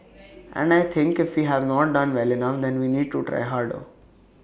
and I think if we have not done well enough then we need to try harder